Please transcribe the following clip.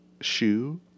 shoe